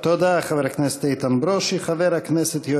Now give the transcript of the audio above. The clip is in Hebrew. תודה, חבר הכנסת איתן ברושי.